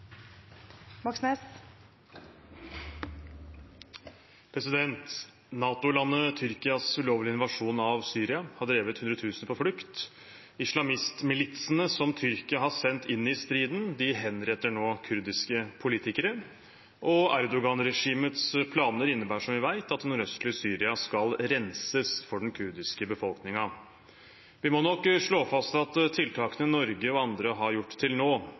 Syria har drevet hundretusener på flukt. Islamistmilitsene som Tyrkia har sendt inn i striden, henretter nå kurdiske politikere, og Erdogan-regimets planer innebærer – som vi vet – at det nordøstlige Syria skal renses for den kurdiske befolkningen. Vi må nok slå fast at tiltakene Norge og andre har gjort til nå,